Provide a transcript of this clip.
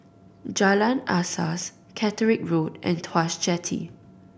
Jalan Asas Catterick Road and Tuas Jetty